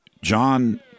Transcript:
john